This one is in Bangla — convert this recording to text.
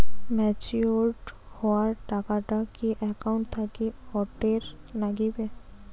ম্যাচিওরড হওয়া টাকাটা কি একাউন্ট থাকি অটের নাগিবে?